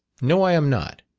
no, i am not.